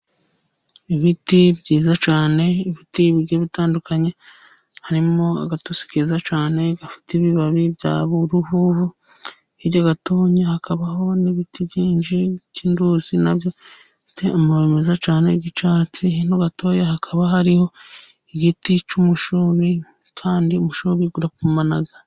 Ibiti cyane, ibiti bigiye bitandukanye harimo agatusi keza cyane gafite ibibabi bya buruhuvu, hirya gatoya hakabaho n'ibiti byinshi by'intusi nabyo bifite amababi meza cyane y'icyatsi hirya gato hakaba hariho igiti cy'umushubi, kandi umushubi urapfumana.